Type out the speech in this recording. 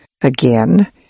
Again